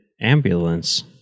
ambulance